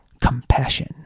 Compassion